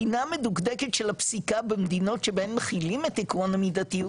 בחינה מדוקדקת של הפסיקה במדינות שבהן מחילים את עקרון המידתיות,